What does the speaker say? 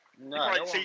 No